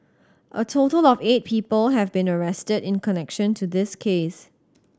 a total of eight people have been arrested in connection to this case